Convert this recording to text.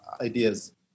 ideas